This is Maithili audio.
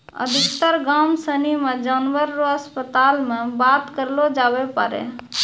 अधिकतर गाम सनी मे जानवर रो अस्पताल मे बात करलो जावै पारै